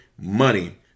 money